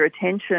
attention